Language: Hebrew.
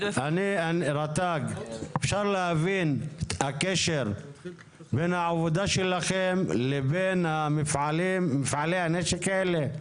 אפשר להבין הקשר בין העבודה שלכם לבין מפעלי הנשק האלה?